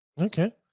okay